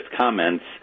comments